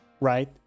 right